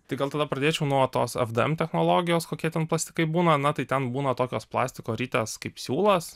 tai gal tada pradėčiau nuo tos fdm technologijos kokie ten plastikai būna na tai ten būna tokios plastiko ritės kaip siūlas